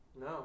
No